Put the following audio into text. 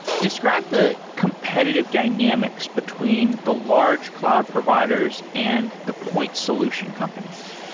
describe the competitive dynamics between the large cloud providers and the point solution companies